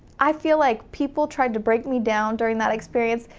i feel like people tried to break me down during that experience.